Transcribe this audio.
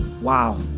Wow